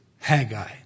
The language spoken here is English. Haggai